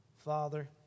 Father